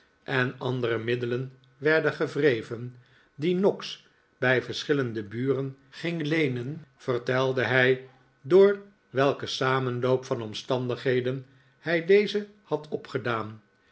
en andere middelen werden gewreven die noggs bij verschillende buren ging leenen vertelde hij door welken samenloop van omstandigheden hij deze had opgedaan